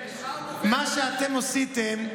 מה שאתם עשיתם,